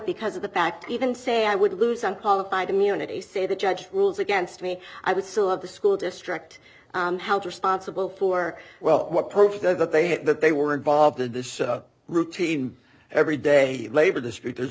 because of the fact even say i would lose some qualified immunity say the judge rules against me i would still have the school district responsible for well what proof that they have that they were involved in this routine every day labor dispute there's